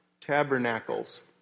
Tabernacles